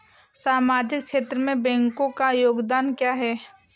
सामाजिक क्षेत्र में बैंकों का योगदान क्या है?